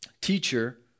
Teacher